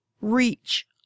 Reach